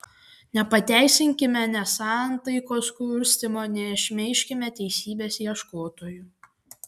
nepateisinkime nesantaikos kurstymo nešmeižkime teisybės ieškotojų